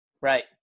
Right